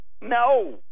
No